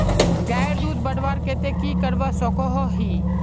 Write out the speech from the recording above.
गायेर दूध बढ़वार केते की करवा सकोहो ही?